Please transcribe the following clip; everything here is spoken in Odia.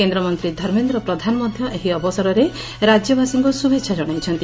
କେନ୍ଦ୍ରମନ୍ତୀ ଧର୍ମେନ୍ଦ୍ର ପ୍ରଧାନ ମଧ୍ଧ ଏହି ଅବସରରେ ରାଜ୍ୟବାସୀଙ୍କୁ ଶୁଭେଛା ଜଣାଇଛନ୍ତି